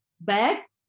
back